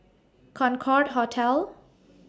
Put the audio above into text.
Concorde Hotel